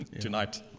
Tonight